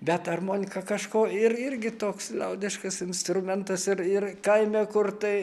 bet armonika kažko ir irgi toks liaudiškas instrumentas ir ir kaime kur tai